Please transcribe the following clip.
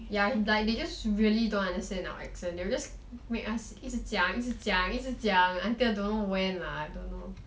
ya is like they just really don't understand our accent they will just make us 一直讲一直讲一直讲 until don't know when lah I don't know